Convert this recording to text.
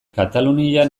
katalunian